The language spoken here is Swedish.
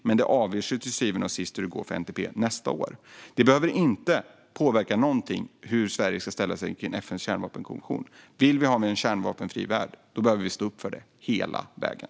Men hur det går för NPT avgörs till syvende och sist nästa år. Det behöver inte alls påverka hur Sverige ska ställa sig till FN:s kärnvapenkonvention. Om vi vill ha en kärnvapenfri värld behöver vi stå upp för det - hela vägen.